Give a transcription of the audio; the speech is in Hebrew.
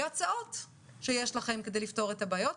והצעות לפתרונות.